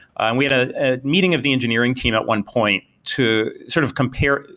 and we had a ah meeting of the engineering team at one point to sort of compare,